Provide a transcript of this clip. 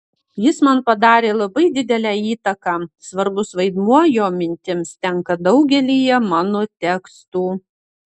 jis man padarė labai didelę įtaką svarbus vaidmuo jo mintims tenka daugelyje mano tekstų